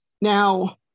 Now